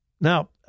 Now